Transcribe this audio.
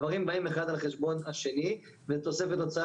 הדברים באים אחד על חשבון השני ותוספת הוצאה